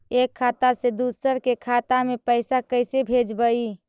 एक खाता से दुसर के खाता में पैसा कैसे भेजबइ?